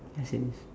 yes it is